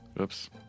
Oops